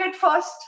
first